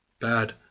Bad